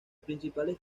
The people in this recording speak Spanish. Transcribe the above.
principales